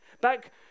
back